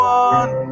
one